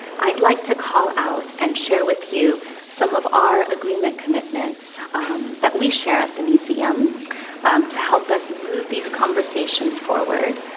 i'd like to call out and share with you some of our agreement commitments that we share at the museum to help us move these conversations forward,